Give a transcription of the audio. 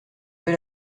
vais